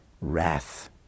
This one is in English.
wrath